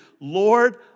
Lord